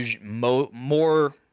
More